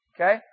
Okay